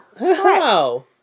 Wow